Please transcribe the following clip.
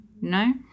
No